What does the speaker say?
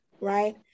right